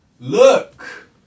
look